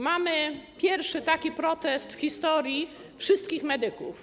Mamy pierwszy taki protest w historii, protest wszystkich medyków.